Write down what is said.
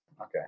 okay